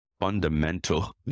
fundamental